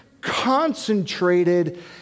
concentrated